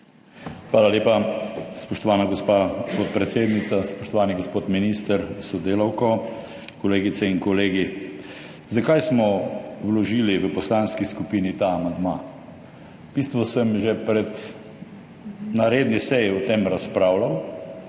Hvala lepa. Spoštovana gospa podpredsednica, spoštovani gospod minister s sodelavko, kolegice in kolegi! Zakaj smo vložili v poslanski skupini ta amandma? V bistvu sem že na redni seji o tem razpravljal,